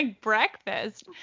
breakfast